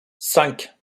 cinq